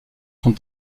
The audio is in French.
sont